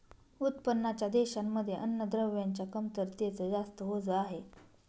उत्पन्नाच्या देशांमध्ये अन्नद्रव्यांच्या कमतरतेच जास्त ओझ आहे